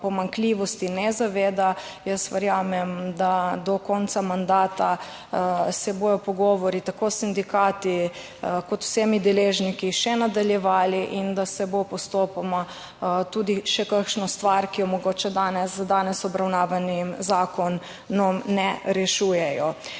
pomanjkljivosti ne zaveda. Jaz verjamem, da do konca mandata se bodo pogovori tako s sindikati, kot z vsemi deležniki še nadaljevali in da se bo postopoma tudi še kakšno stvar, ki jo mogoče danes, danes obravnavani zakon nam ne rešujejo.